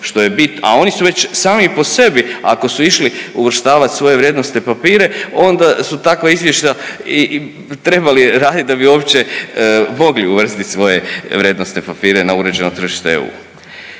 a oni su već sami po sebi ako su išli uvrštavat svoje vrijednosne papire, onda su takva izvješća i trebali radit da bi uopće mogli uvrstit svoje vrijednosne papire na uređeno tržište EU.